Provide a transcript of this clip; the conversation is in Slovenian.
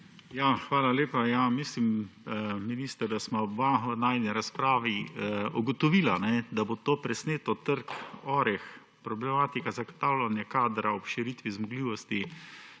Hvala lepa. Mislim, minister, da sva oba v najini razpravi ugotovila, da bo to presneto trd oreh. Problematika zagotavljanje kadra ob širitvi zmogljivosti